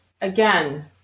again